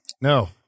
no